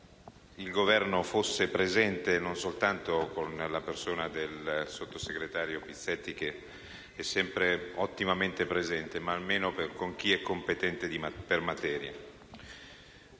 il Governo fosse in Aula, non soltanto con la persona del sottosegretario Pizzetti, sempre ottimamente presente, ma almeno con chi è competente per materia.